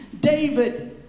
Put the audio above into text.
David